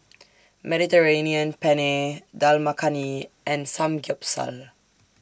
Mediterranean Penne Dal Makhani and Samgeyopsal